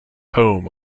poem